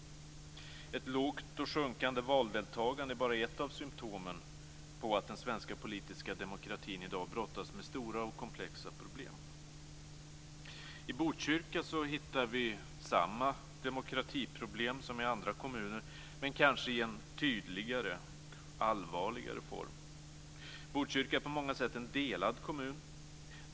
Ett lågt och sjunkande valdeltagande är bara ett av symptomen på att den svenska politiska demokratin i dag brottas med stora och komplexa problem. I Botkyrka hittar vi samma demokratiproblem som i andra kommuner, men kanske i en tydligare och allvarligare form. Botkyrka är på många sätt en delad kommun.